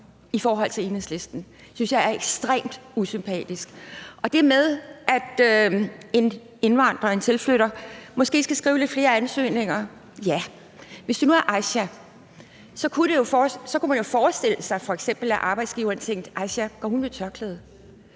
på farven for Enhedslisten. Det synes jeg er ekstremt usympatisk. Til det med, at en indvandrer, en tilflytter, måske skal skrive lidt flere ansøgninger, vil jeg sige, at hvis nu det er Aisha, kunne man jo forestille sig, at arbejdsgiveren f.eks. tænkte: Går hun med tørklæde?